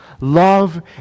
love